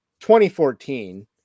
2014